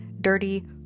dirty